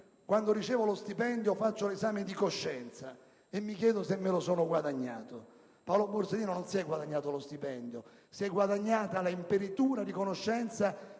Grazie,